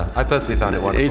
i personally found it wonderful.